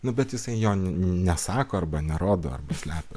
nu bet jisai jo nesako arba nerodo ar slepia